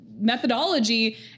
Methodology